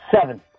Seven